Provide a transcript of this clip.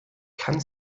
kann